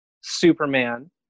Superman